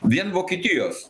vien vokietijos